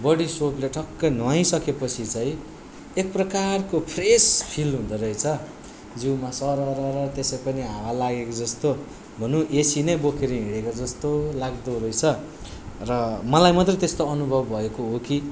त्यो बडीसोपले ठक्कै नुहाई सकेपछि चाहिँ एकप्रकारको फ्रेस फिल हुँदो रहेछ जिउमा सरर त्यसै पनि हावा लागेको जस्तो भनौँ एसी नै बोकेर हिँडेको जस्तो लाग्दो रहेछ र मलाई मात्रै त्यस्तो अनुभव भएको हो कि